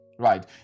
Right